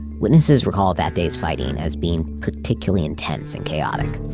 witnesses recall that day's fighting as being particularly intense and chaotic.